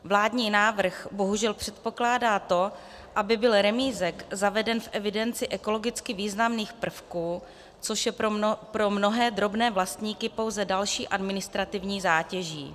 Vládní návrh bohužel předpokládá to, aby byl remízek zaveden v evidenci ekologicky významných prvků, což je pro mnohé drobné vlastníky pouze další administrativní zátěží.